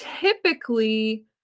typically